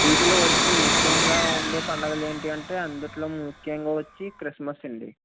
వీటిల్లో వచ్చి ముఖ్యంగా ఉండే పండుగలు ఏంటంటే అందులో ముఖ్యంగా వచ్చి క్రిస్మస్ అండి